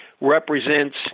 represents